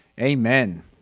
Amen